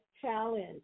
challenge